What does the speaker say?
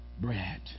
bread